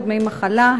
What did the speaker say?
ודמי מחלה,